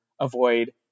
avoid